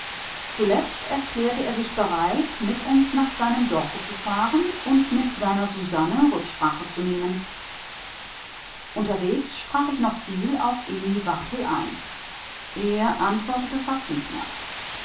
zuletzt erklärte er sich bereit mit uns nach seinem dorfe zu fahren und mit seiner susanne rücksprache zu nehmen unterwegs sprach ich noch viel auf emil barthel ein er antwortete fast nicht mehr